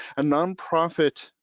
a nonprofit